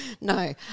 No